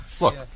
Look